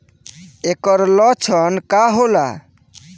ऐकर लक्षण का होला?